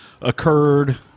occurred